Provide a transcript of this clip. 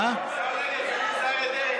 שר הנגב והגליל זה אריה דרעי.